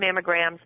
mammograms